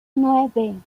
nueve